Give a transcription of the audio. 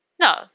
No